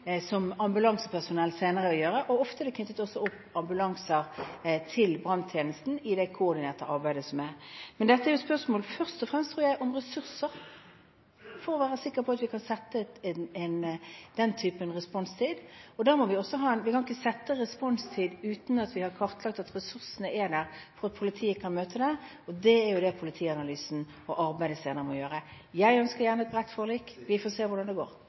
som ambulansepersonell senere vil gjøre. Ofte er også ambulanser knyttet opp til branntjenesten i det koordinerte arbeidet. Men dette er først og fremst et spørsmål om ressurser, tror jeg, for å være sikker på at vi kan sette den typen responstid. Vi kan ikke sette en responstid uten at vi har kartlagt at ressursene er der, at politiet kan møte der. Det er dette politianalysen og det videre arbeidet må gjøre. Jeg ønsker gjerne et bredt forlik – vi får se hvordan det går.